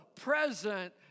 present